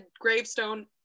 gravestone